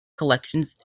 collections